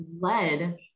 led